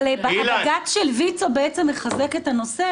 אבל הבג"ץ של ויצו בעצם מחזק את הנושא,